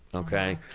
ok?